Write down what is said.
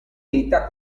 ditta